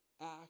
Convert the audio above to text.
act